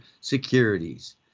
securities